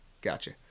Gotcha